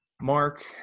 Mark